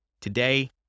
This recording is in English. today